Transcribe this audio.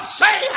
say